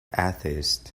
atheist